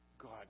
God